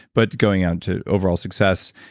but going on to overall success.